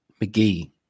McGee